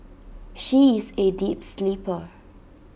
she is A deep sleeper